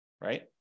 right